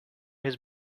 his